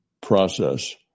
process